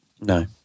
No